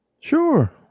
Sure